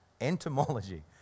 entomology